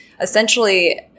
essentially